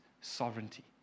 sovereignty